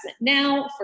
now